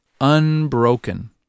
unbroken